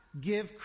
give